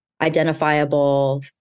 identifiable